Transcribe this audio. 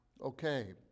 Okay